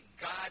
God